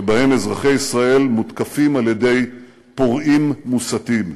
שבהם אזרחי ישראל מותקפים על-ידי פורעים מוסתים.